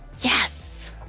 Yes